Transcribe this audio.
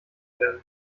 werden